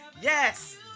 Yes